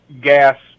gas